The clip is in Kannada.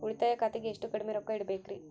ಉಳಿತಾಯ ಖಾತೆಗೆ ಎಷ್ಟು ಕಡಿಮೆ ರೊಕ್ಕ ಇಡಬೇಕರಿ?